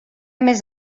més